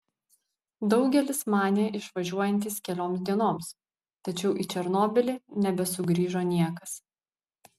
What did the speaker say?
daugelis manė išvažiuojantys kelioms dienoms tačiau į černobylį nebesugrįžo niekas